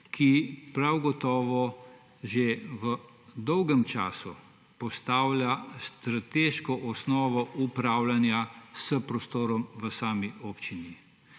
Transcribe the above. ki prav gotovo že v dolgem času postavlja strateško osnovo upravljanja s prostorom v sami občini.